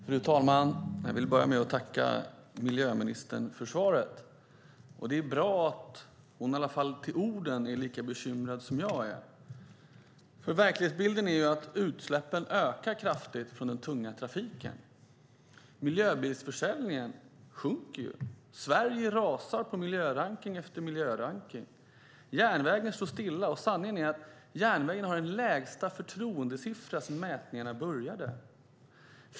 Fru talman! Jag vill börja med att tacka miljöministern för svaret. Det är bra att hon i alla fall till orden är lika bekymrad som jag är. Verklighetsbilden är ju att utsläppen från den tunga trafiken ökar kraftigt. Miljöbilsförsäljningen sjunker. Sverige rasar i miljörankning efter miljörankning. Järnvägen står stilla. Sanningen är att järnvägen har den lägsta förtroendesiffran sedan mätningarna började.